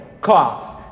cost